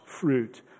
fruit